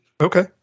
Okay